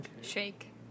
Shake